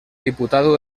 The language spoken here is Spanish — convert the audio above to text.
diputado